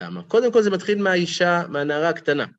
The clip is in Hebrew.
קודם כל זה מתחיל מהאישה, מהנערה הקטנה.